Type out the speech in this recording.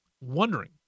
wondering